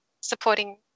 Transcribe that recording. supporting